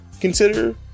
consider